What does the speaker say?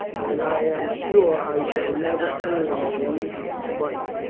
and i am sure i shall never earn the least mite.